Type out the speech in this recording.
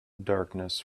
darkness